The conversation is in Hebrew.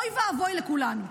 אוי ואבוי לכולנו.